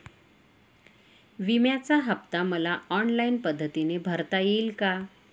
विम्याचा हफ्ता मला ऑनलाईन पद्धतीने भरता येईल का?